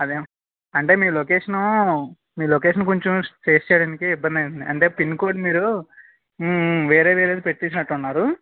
అదే అంటే మీ లొకేషను మీ లొకేషన్ కొంచం ట్రేస్ చేయడానికి ఇబ్బంది అయింది అంటే పిన్కోడ్ మీరు వేరే వేరేది పెట్టేసినట్టు ఉన్నారు